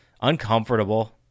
uncomfortable